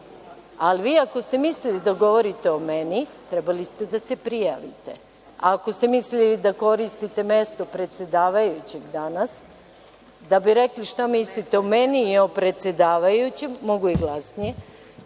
red. Vi ako ste mislili da govorite o meni, trebalo je da se prijavite, a ako ste mislili da koristite mesto predsedavajućeg danas da bi rekli šta mislite o meni i o predsedavajućem, onda je